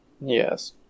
Yes